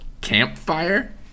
campfire